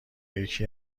یکی